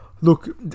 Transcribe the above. Look